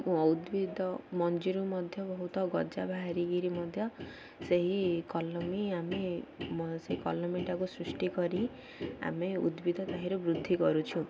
ଉଦ୍ଭିଦ ମଞ୍ଜିରୁ ମଧ୍ୟ ବହୁତ ଗଜା ବାହାରିକିରି ମଧ୍ୟ ସେହି କଲମୀ ଆମେ ସେଇ କଲମୀଟାକୁ ସୃଷ୍ଟି କରି ଆମେ ଉଦ୍ଭିଦ ତାହିଁରି ବୃଦ୍ଧି କରୁଛୁ